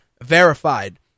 verified